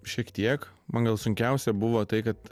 šiek tiek man gal sunkiausia buvo tai kad